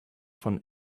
von